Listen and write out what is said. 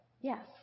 yes